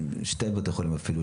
שני בתי חולים אפילו,